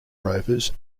rovers